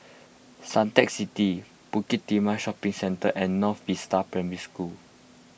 Suntec City Bukit Timah Shopping Centre and North Vista Primary School